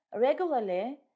Regularly